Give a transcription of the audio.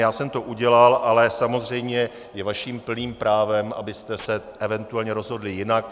Já jsem to udělal, ale samozřejmě je vaším plným právem, abyste se eventuálně rozhodli jinak.